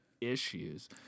issues